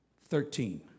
thirteen